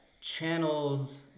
channels